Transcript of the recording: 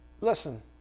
Listen